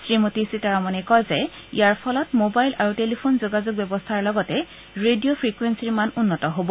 শ্ৰীমতী সীতাৰমণে কয় যে ইয়াৰ ফলত ম'বাইল আৰু টেলিফোন যোগাযোগ ব্যৱস্থাৰ লগতে ৰেডিঅ' ফ্ৰিকুৱেন্সিৰ মান উন্নত হ'ব